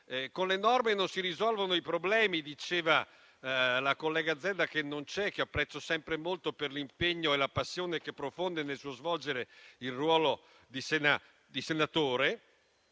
Con le norme non si risolvono i problemi, diceva la collega Zedda che non c'è e che apprezzo sempre molto per l'impegno e la passione che profonde nello svolgere il ruolo di senatore,